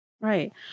Right